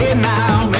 Now